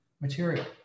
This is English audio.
material